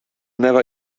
never